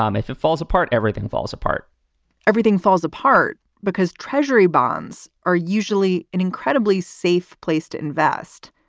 um if it falls apart, everything falls apart everything falls apart because treasury bonds are usually an incredibly safe place to invest.